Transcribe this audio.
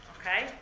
Okay